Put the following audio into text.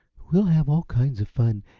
we'll have all kinds of fun,